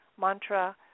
mantra